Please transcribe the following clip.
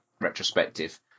retrospective